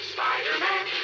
Spider-Man